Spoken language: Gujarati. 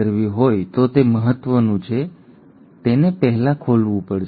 હવે ડીએનએની નકલ કરવી હોય તો તે મહત્ત્વનું છે તેણે પહેલાં ખોલવું પડશે